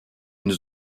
une